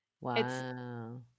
Wow